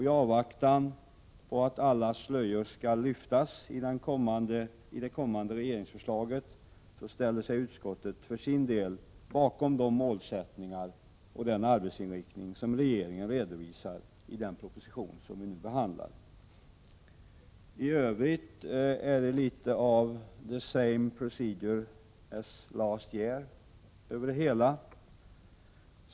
I avvaktan på att alla slöjor skall lyftas i det kommande regeringsförslaget ställer sig utskottet för sin del bakom de målsättningar och den arbetsinriktning som regeringen redovisar i den proposition som vi nu behandlar. I övrigt är det litet av ”The same procedure as last year” över det hela.